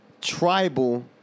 Tribal